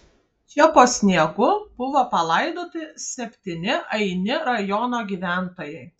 čia po sniegu buvo palaidoti septyni aini rajono gyventojai